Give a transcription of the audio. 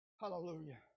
Hallelujah